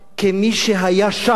כמי שהיה שם